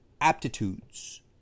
aptitudes